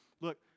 look